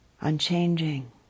unchanging